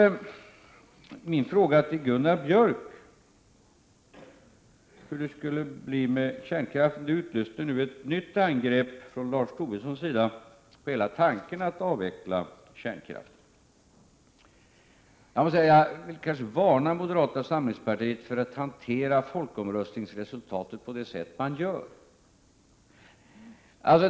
Min fråga till Gunnar Björk om kärnkraften utlöste nu ett nytt angrepp från Lars Tobissons sida mot hela tanken på att avveckla kärnkraften. Jag måste säga att jag vill varna moderata samlingspartiet för att hantera folkomröstningsresultatet på det sätt som man gör.